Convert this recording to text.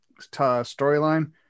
storyline